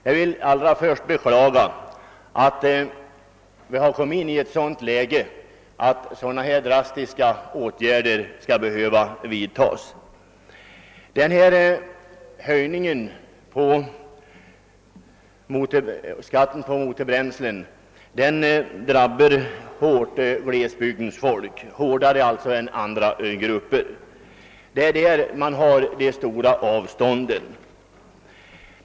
Jag vill först beklaga att vi hamnat i ett sådant läge att så drastiska åtgärder skall behöva vidtas. Höjningen av skatten på motorbränslen drabbar glesbygdens folk hårdare än andra grupper. Det är i glesbygderna man har de stora avstånden.